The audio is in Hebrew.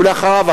ואחריו,